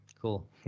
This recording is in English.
Cool